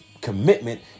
commitment